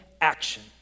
action